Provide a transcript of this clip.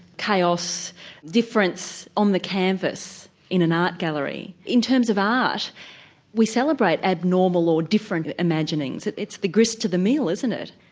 chaos difference on the canvas in an art gallery. in terms of art we celebrate abnormal or different imaginings, it's the grist to the mill isn't it?